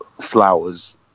Flowers